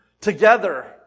together